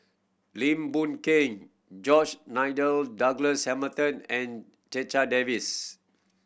Lim Boon Keng George Nigel Douglas Hamilton and Checha Davies